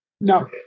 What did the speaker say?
No